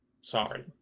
Sorry